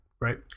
right